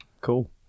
cool